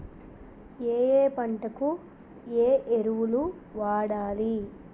ఏయే పంటకు ఏ ఎరువులు వాడాలి?